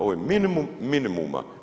Ovo je minimum minimuma.